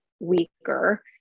weaker